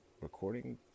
recording